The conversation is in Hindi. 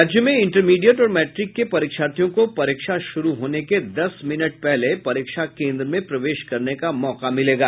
राज्य में इंटरमीडिएट और मैट्रिक के परीक्षार्थियों को परीक्षा शुरू होने के दस मिनट पहले परीक्षा केन्द्र में प्रवेश करने का मौका मिलेगा